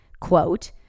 quote